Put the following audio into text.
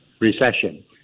recession